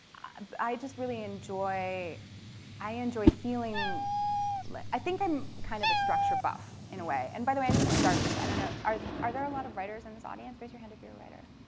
i just really enjoy i enjoy feeling like i think i'm kind of a structure buff in a way. and by the way, i didn't start this. i don't know, are are there a lot of writers in this audience? raise your hand if you're a writer.